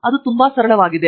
ಅದು ತುಂಬಾ ಸರಳವಾಗಿದೆ